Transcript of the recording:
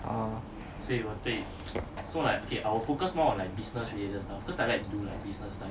oh